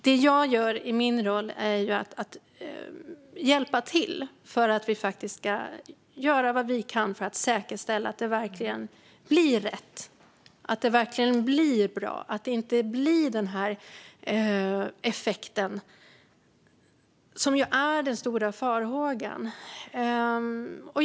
Det jag gör i min roll är att hjälpa till för att vi ska göra vad vi kan för att säkerställa att det verkligen blir rätt och bra och att vi inte får den effekt som den stora farhågan gäller.